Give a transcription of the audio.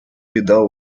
біда